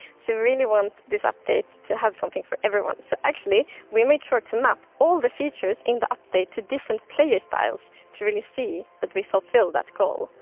so we really want this update to have something for everyone. so actually, we made sure to map all the features in the update to different player styles to really see that we fulfill that goal.